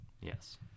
Yes